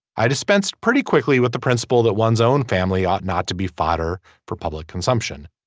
i dispensed pretty quickly with the principle that one's own family ought not to be fodder for public consumption.